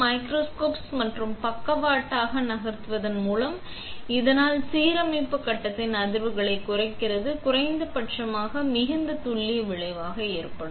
microscopes மட்டுமே பக்கவாட்டாக நகர்த்துவதன் மூலம் இதனால் சீரமைப்பு கட்டத்தின் அதிர்வுகளை குறைக்கிறது குறைந்தபட்சமாக மிகுந்த துல்லியமாக விளைவாக ஏற்படும்